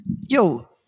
Yo